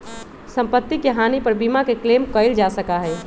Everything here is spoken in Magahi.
सम्पत्ति के हानि पर बीमा के क्लेम कइल जा सका हई